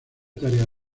tarea